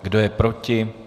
Kdo je proti?